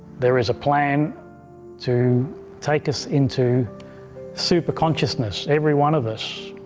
there is a plan to take us into super consciousness. every one of us,